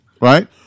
Right